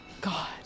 God